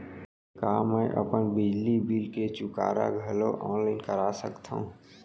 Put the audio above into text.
का मैं अपन बिजली बिल के चुकारा घलो ऑनलाइन करा सकथव?